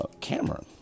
camera